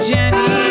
Jenny